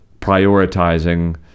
prioritizing